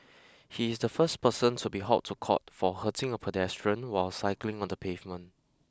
he is the first person to be hauled to court for hurting a pedestrian while cycling on the pavement